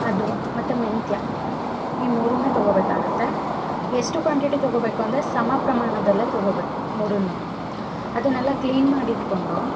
ಅದು ಮತ್ತು ಮೆಂತ್ಯ ಈ ಮೂರನ್ನ ತೊಗೋಬೇಕಾಗುತ್ತೆ ಎಷ್ಟು ಕ್ವಾಂಟಿಟಿ ತೊಗೋಬೇಕು ಅಂದರೆ ಸಮ ಪ್ರಮಾಣದಲ್ಲೆ ತೊಗೋಬೇಕು ಮೂರನ್ನು ಅದನ್ನೆಲ್ಲ ಕ್ಲೀನ್ ಮಾಡಿ ಇಟ್ಟುಕೊಂಡು